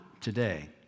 today